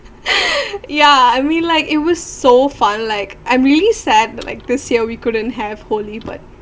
yeah I mean like it was so fun like I'm really sad that like this year we couldn't have holy but